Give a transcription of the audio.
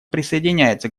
присоединяется